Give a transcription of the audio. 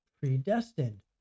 predestined